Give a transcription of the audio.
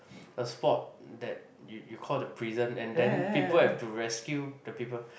a spot that you you call the prison and then people have to rescue the people